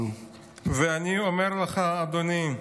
אני אומר לך, אדוני,